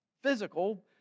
physical